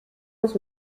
muss